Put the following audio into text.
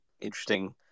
interesting